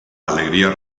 alegría